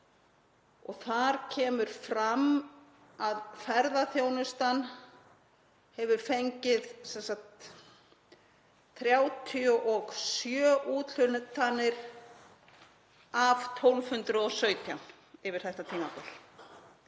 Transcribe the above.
Þar kemur fram að ferðaþjónustan hefur fengið 37 úthlutanir af 1.217 yfir þetta tímabil,